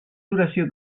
duració